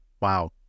Wow